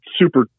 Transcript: super